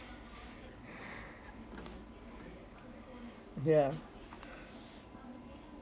ya